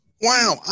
Wow